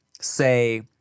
say